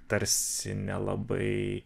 tarsi nelabai